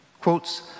Quotes